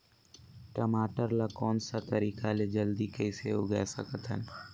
टमाटर ला कोन सा तरीका ले जल्दी कइसे उगाय सकथन?